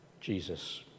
Jesus